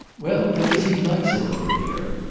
well, because he likes it over here.